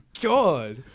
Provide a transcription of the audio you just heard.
god